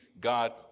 God